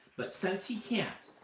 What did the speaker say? but since he can't,